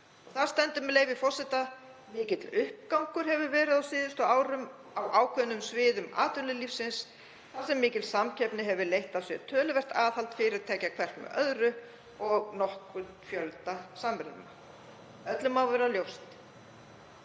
Þar stendur, með leyfi forseta: „Mikill uppgangur hefur verið á síðustu árum á ákveðnum sviðum atvinnulífsins þar sem mikil samkeppni hefur leitt af sér töluvert aðhald fyrirtækja hvert með öðru og nokkurn fjölda samruna.“ Öllum má vera ljóst